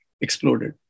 exploded